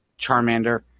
Charmander